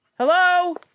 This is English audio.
Hello